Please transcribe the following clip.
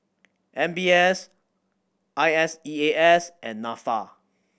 M B S I S E A S and Nafa